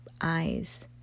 eyes